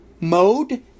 mode